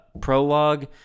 prologue